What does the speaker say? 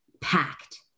packed